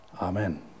Amen